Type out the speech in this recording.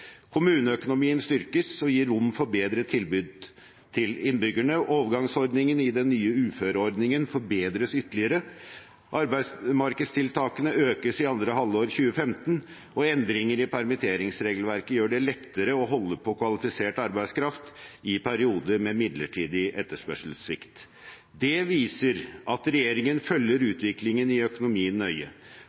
Kommuneøkonomien styrkes og gir rom for bedre tilbud til innbyggerne, overgangsordningen i den nye uføreordningen forbedres ytterligere, arbeidsmarkedstiltakene økes i andre halvår 2015, og endringer i permitteringsregelverket gjør det lettere å holde på kvalifisert arbeidskraft i perioder med midlertidig etterspørselssvikt. Det viser at regjeringen følger utviklingen i økonomien nøye,